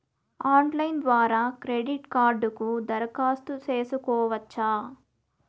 Online ద్వారా credit కార్డుకు దరఖాస్తు సేసుకోవచ్చా?